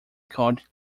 called